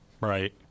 Right